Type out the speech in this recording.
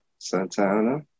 Santana